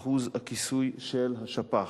בעיות אלימות במודלים חדשים שהוקמו בשפ"י,